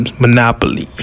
Monopoly